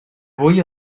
avui